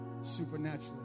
Supernaturally